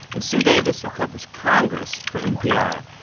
and sue davis, who covers congress for npr.